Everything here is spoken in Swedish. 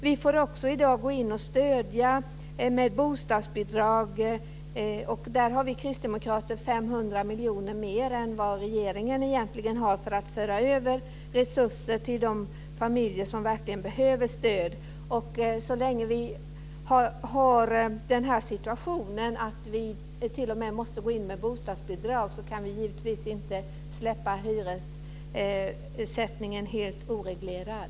Vi får också i dag gå in och stödja med bostadsbidrag. Där avsätter vi kristdemokrater 500 miljoner mer än regeringen egentligen har för att föra över resurser till de familjer som verkligen behöver stöd. Så länge vi har den här situationen att vi t.o.m. måste gå in med bostadsbidrag kan vi givetvis inte släppa hyressättningen helt oreglerad.